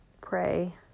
pray